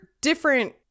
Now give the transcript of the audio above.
different